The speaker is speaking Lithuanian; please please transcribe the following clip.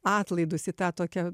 atlaidus į tą tokią